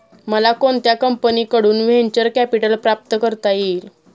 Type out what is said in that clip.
मला कोणत्या कंपनीकडून व्हेंचर कॅपिटल प्राप्त करता येईल?